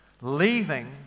leaving